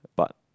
but